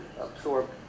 absorb